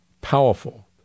powerful